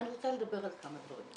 אני רוצה לדבר על כמה דברים.